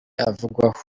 avugwaho